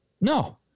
No